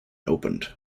opened